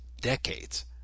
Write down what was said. decades